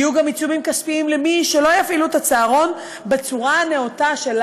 יהיו גם עיצומים כספיים על מי שלא יפעילו את הצהרון בצורה הנאותה,